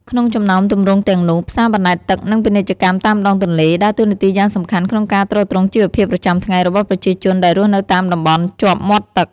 ក្នុងចំណោមទម្រង់ទាំងនោះ ផ្សារបណ្តែតទឹក និង ពាណិជ្ជកម្មតាមដងទន្លេ ដើរតួនាទីយ៉ាងសំខាន់ក្នុងការទ្រទ្រង់ជីវភាពប្រចាំថ្ងៃរបស់ប្រជាជនដែលរស់នៅតាមតំបន់ជាប់មាត់ទឹក។